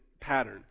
pattern